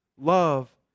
Love